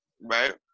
right